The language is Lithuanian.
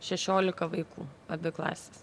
šešiolika vaikų abi klasės